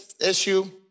issue